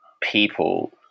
people